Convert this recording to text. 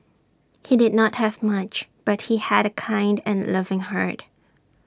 he did not have much but he had A kind and loving heart